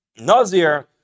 Nazir